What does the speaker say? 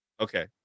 Okay